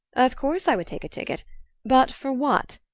of course i would take a ticket but for what?